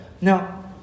Now